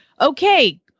okay